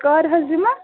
کَر حظ یمہٕ